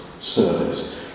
service